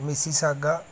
ਮਿਸੀ saga